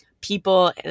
people